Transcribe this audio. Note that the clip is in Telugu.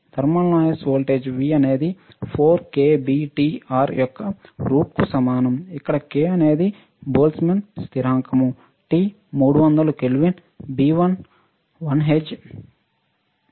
థర్మల్ నాయిస్ వోల్టేజ్ V అనేది 4 k B T R యొక్క రూట్కి సమానం ఇక్కడ k అనేది బోల్జ్మన్ స్థిరాంకం T 300 kelvin B 1 hertz R 50 ఓంలు